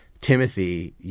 Timothy